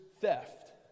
theft